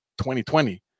2020